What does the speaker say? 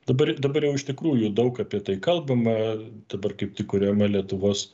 dabar dabar jau iš tikrųjų daug apie tai kalbama dabar kaip tik kuriama lietuvos